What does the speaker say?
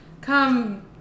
come